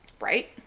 right